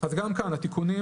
אז גם כאן התיקונים,